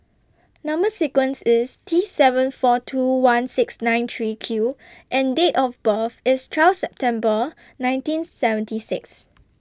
Number sequence IS T seven four two one six nine three Q and Date of birth IS twelve September nineteen seventy six